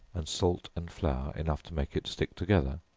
and salt and flour enough to make it stick together,